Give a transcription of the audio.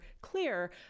clear